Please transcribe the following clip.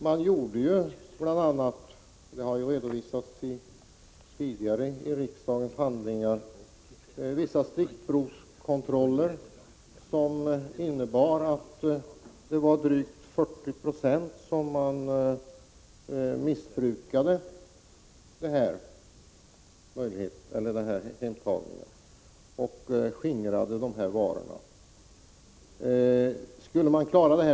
Som tidigare har redovisats i riksdagens handlingar gjorde man vissa stickprovskontroller som visade att drygt 40 96 missbrukade hemtagningssystemet och skingrade varorna.